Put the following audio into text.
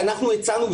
ואנחנו הצענו,